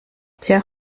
tja